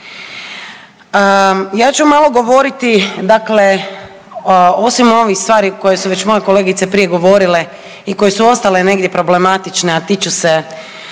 Ja ću malo govoriti, dakle, osim ovih stvari koje su već moje kolegice prije govorile i koje su ostale negdje problematične a tiču se